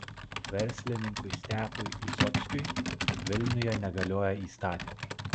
verslininkui stepui visockiui vilniuje negalioja įstatymai